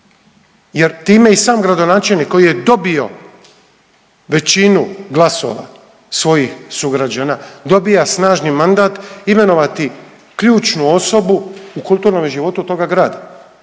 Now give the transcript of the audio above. jer time i sam gradonačelnik koji je dobio većinu glasova svojih sugrađana dobija snažni mandat imenovati ključnu osobu u kulturnome životu toga grada